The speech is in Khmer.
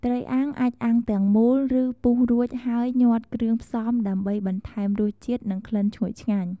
ត្រីអាំង អាចអាំងទាំងមូល ឬពុះរួចហើយញាត់គ្រឿងផ្សំ ដើម្បីបន្ថែមរសជាតិ និងក្លិនឈ្ងុយឆ្ងាញ់។